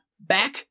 Back